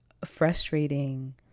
frustrating